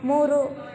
ಮೂರು